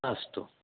अस्तु